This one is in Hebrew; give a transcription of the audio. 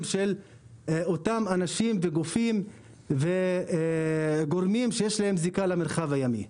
של אותם אנשים וגופים וגורמים שיש להם זיקה למרחב הימי.